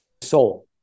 soul